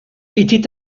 était